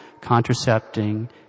contracepting